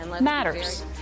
matters